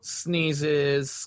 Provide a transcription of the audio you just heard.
sneezes